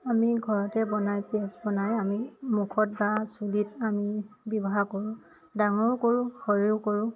আমি ঘৰতে বনাই পেষ্ত বনাই আমি মুখত বা চুলিত আমি ব্যৱহাৰ কৰোঁ ডাঙৰেও কৰোঁ সৰুৱেও কৰোঁ